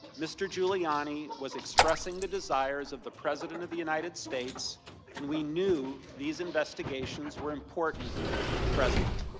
mr. giuliani was expressing the desires of the president of the united states and we knew these investigations were important to the president.